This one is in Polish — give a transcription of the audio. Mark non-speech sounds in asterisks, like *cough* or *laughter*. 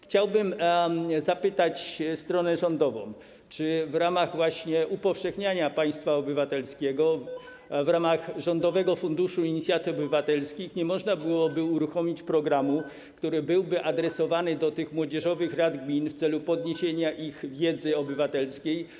Chciałbym zapytać stronę rządową, czy w ramach właśnie upowszechniania państwa obywatelskiego *noise* w zakresie rządowego Funduszu Inicjatyw Obywatelskich nie można byłoby uruchomić programu, który byłby adresowany do tych młodzieżowych rad gmin w celu podniesienia wiedzy obywatelskiej ich członków.